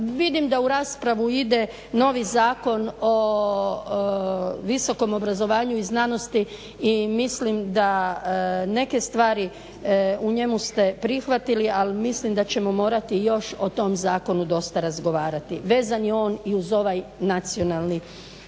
Vidim da u raspravu ide novi Zakon o visokom obrazovanju i znanosti i mislim da neke stvari u njemu ste prihvatili, ali mislim da ćemo morati još o tom zakonu dosta razgovarati. Vezan je on i uz ovaj nacionalni